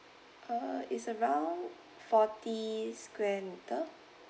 uh it's around forty square meter